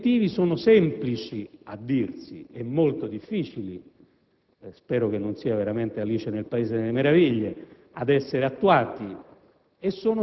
Gli obiettivi sono semplici a dirsi e molto difficili - spero non sia veramente Alice nel paese delle meraviglie - da attuarsi